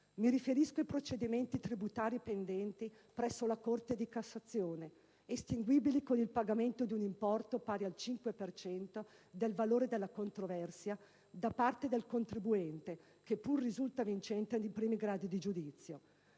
Mi riferisco ai procedimenti tributari pendenti presso la Corte di cassazione, estinguibili con il pagamento di un importo pari al 5 per cento del valore della controversia da parte del contribuente che pure risulta vincente nei primi gradi di giudizio.